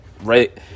right